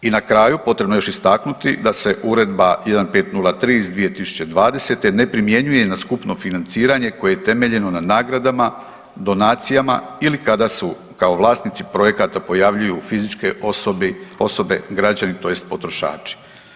I na kraju potrebno je još istaknuti da se Uredba 1503/2020 ne primjenjuje na skupno financiranje koje je temeljeno na nagradama, donacijama ili kada su kao vlasnici projekata pojavljuju fizičke osobe, građani tj. potrošači.